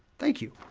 thank you.